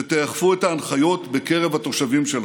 שתאכפו את ההנחיות בקרב התושבים שלכם.